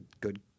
good